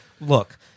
look